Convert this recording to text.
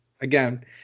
again